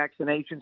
vaccinations